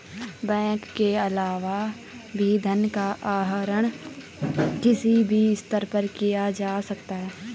bank के अलावा भी धन का आहरण किसी भी स्तर पर किया जा सकता है